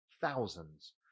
thousands